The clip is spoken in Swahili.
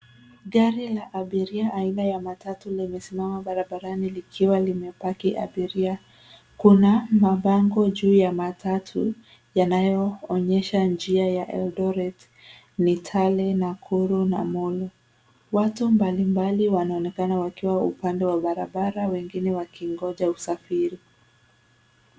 Gari la abiria aina ya matatu limesimama barabarani likiwa limepaki abiria. Kuna mabango juu ya matatu, yanayoonyesha njia ya Eldoret, Kitale, Nakuru na Molo. Watu mbalimbali wanaonekana wakiwa upande wa barabara wengine wakingoja usafiri.